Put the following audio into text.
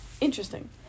Interesting